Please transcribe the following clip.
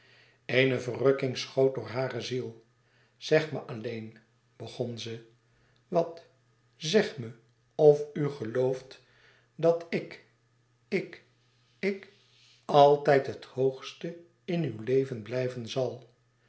eene verrukking schoot door hare ziel zeg me alleen begon ze wat zeg me of u gelooft dat ik k ik altijd het hoogste in uw leven blijven zal